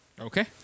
Okay